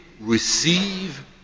receive